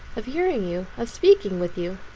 of hearing you, of speaking with you.